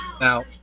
Now